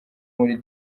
muri